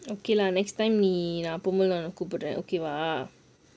okay lah next time எப்டினாலும் கூபிட்றேன்:epdinaalum koopidraen okay lah